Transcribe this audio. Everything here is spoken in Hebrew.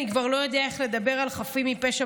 אני כבר לא יודע איך לדבר על חפים מפשע